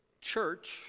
church